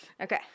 Okay